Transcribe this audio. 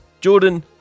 jordan